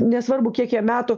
nesvarbu kiek jam metų